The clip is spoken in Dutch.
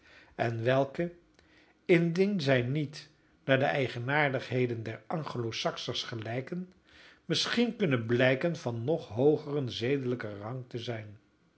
en welke indien zij niet naar de eigenaardigheden der anglo saksers gelijken misschien kunnen blijken van nog hoogeren zedelijken rang te zijn